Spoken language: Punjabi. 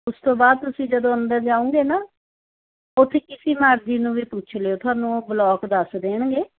ਉਸ ਤੋਂ ਬਾਅਦ ਤੁਸੀਂ ਜਦੋਂ ਅੰਦਰ ਜਾਊਂਗੇ ਨਾ ਉੱਥੇ ਕਿਸੇ ਮਰਜ਼ੀ ਨੂੰ ਵੀ ਪੁੱਛ ਲਿਓ ਤੁਹਾਨੂੰ ਉਹ ਬਲੋਕ ਦੱਸ ਦੇਣਗੇ